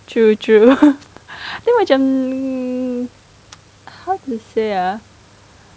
true true then macam how to say ah